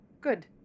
good